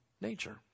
nature